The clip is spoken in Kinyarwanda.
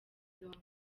zombi